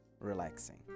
relaxing